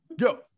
Yo